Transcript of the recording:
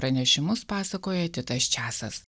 pranešimus pasakoja titas česas